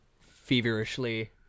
feverishly